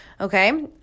Okay